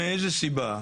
מאיזו סיבה?